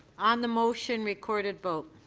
on the motion regarded vote.